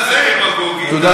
בבקשה,